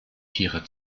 tiere